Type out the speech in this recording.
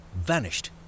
vanished